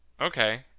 okay